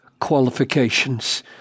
qualifications